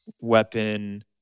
weapon